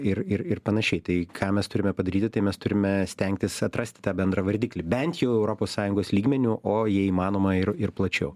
ir ir ir panašiai tai ką mes turime padaryti tai mes turime stengtis atrasti tą bendrą vardiklį bent jau europos sąjungos lygmeniu o jei įmanoma ir ir plačiau